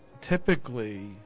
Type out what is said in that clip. typically